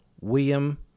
William